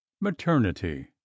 maternity